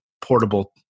portable